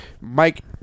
Mike